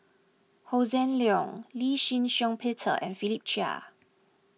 Hossan Leong Lee Shih Shiong Peter and Philip Chia